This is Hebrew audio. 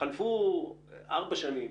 חלפו ארבע שנים